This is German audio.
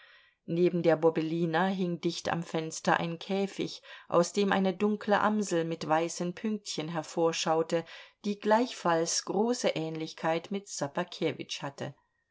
neben der bobelina hing dicht am fenster ein käfig aus dem eine dunkle amsel mit weißen pünktchen hervorschaute die gleichfalls große ähnlichkeit mit ssobakewitsch hatte